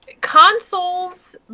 consoles